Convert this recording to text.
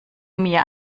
mir